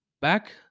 back